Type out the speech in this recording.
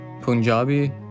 Punjabi